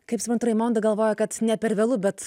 kaip suprantu raimonda galvoja kad ne per vėlu bet